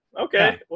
Okay